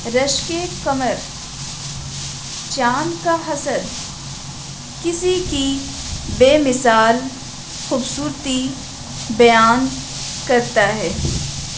رشک قمر چاند کا حصد کسی کی بے مثال خوبصورتی بیان کرتا ہے